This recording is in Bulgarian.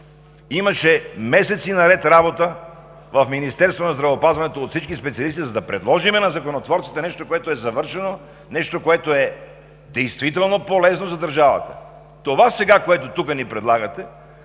имаше месеци наред работа в Министерството на здравеопазването от всички специалисти, за да предложим на законотворците нещо, което е завършено, нещо, което действително е полезно за държавата. Това, което ни предлагате